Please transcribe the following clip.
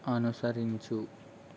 అనుసరించు